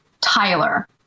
Tyler